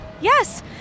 yes